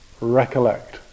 recollect